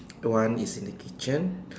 one is in the kitchen